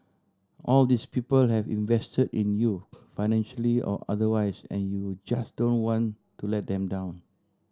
all these people have invested in you financially or otherwise and you just don't want to let them down